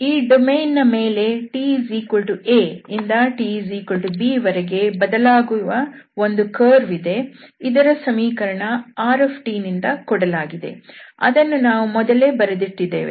ಈ ಡೊಮೇನ್ ನ ಮೇಲೆ taಇಂದ tb ವರೆಗೆ ಬದಲಾಗುವ ಒಂದು ಕರ್ವ್ ಇದೆ ಇದರ ಸಮೀಕರಣ rನಿಂದ ಕೊಡಲಾಗಿದೆ ಅದನ್ನು ನಾವು ಮೊದಲೇ ಬರೆದಿಟ್ಟಿದ್ದೇವೆ